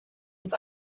ins